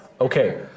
Okay